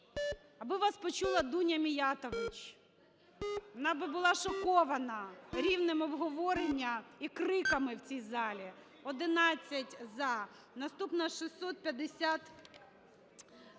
Аби вас почула Дуня Міятович, вона би була шокована рівним обговоренням і криками в цій залі. 17:35:01 За-11 Наступна. 652